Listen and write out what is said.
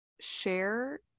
share